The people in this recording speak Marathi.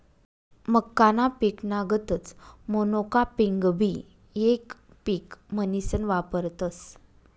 मक्काना पिकना गतच मोनोकापिंगबी येक पिक म्हनीसन वापरतस